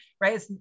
right